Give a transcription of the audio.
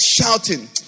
shouting